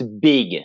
big